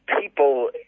people